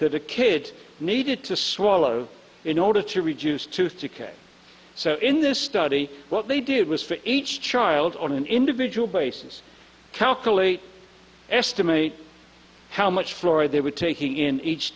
that a kid needed to swallow in order to reduce tooth decay so in this study what they did was for each child on an individual basis calculate estimate how much fluoride they were taking in each